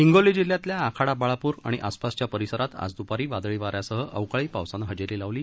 हिंगोली जिल्ह्यातल्या आखाडा बाळाप्र आणि आसपासच्या परिसरात आज द्पारी वादळी वाऱ्यासह अवकाळी पावसाने हजेरी लावली